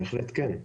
בהחלט, כן.